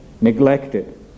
Neglected